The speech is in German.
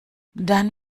dann